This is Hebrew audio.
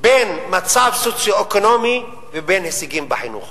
בין מצב סוציו-אקונומי ובין הישגים בחינוך.